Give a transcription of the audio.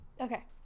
Okay